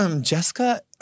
Jessica